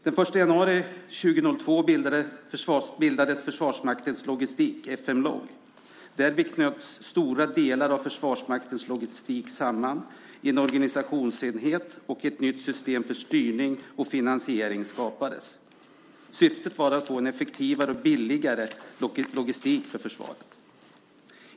Den 1 januari 2002 bildades Försvarsmaktens logistik, FM Log. Därvid knöts stora delar av Försvarsmaktens logistik samman i en organisationsenhet, och ett nytt system för styrning och finansiering skapades. Syftet var att få en effektivare och billigare logistik för försvaret.